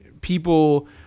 people